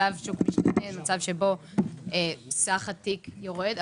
מצב שבו סך התיק יורד,